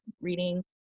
reading